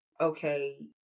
okay